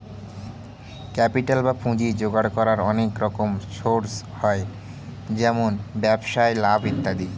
capital বা পুঁজি জোগাড় করার অনেক রকম সোর্স হয়, যেমন ব্যবসায় লাভ ইত্যাদি